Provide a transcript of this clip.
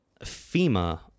FEMA